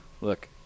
look